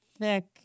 thick